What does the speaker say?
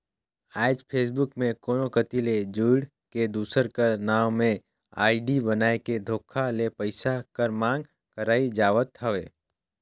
आएज फेसबुक में कोनो कती ले जुइड़ के, दूसर कर नांव में आईडी बनाए के धोखा ले पइसा कर मांग करई जावत हवे